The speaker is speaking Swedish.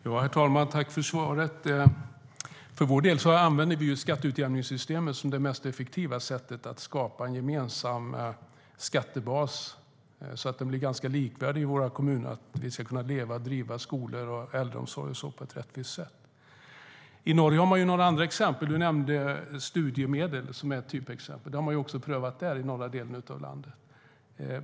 Herr talman! Jag tackar för svaret. För vår del använder vi skatteutjämningssystemet som det mest effektiva sättet att skapa en gemensam skattebas så att den blir ganska likvärdig i våra kommuner. Vi ska kunna leva och driva skolor och äldreomsorg och sådant på ett rättvist sätt.I Norge har man några andra exempel. Du nämnde studiemedel som ett typexempel. Det har man också provat där, i norra delen av landet.